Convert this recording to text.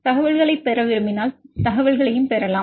மேலும் தகவல்களைப் பெற விரும்பினால் தகவலைப் பெற முடியும்